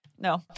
No